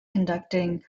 conducting